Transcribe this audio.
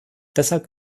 deshalb